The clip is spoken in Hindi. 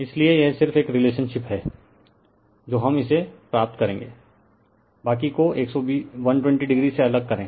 इसलिए यह सिर्फ एक रिलेशनशिप है जो हम इसे प्राप्त करेंगे बाकी को 120o से अलग करें